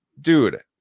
dude